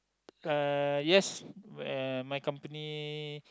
uh yes uh my company